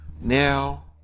now